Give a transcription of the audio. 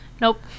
Nope